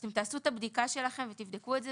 אתם תעשו את הבדיקה שלכם ותבדקו את זה,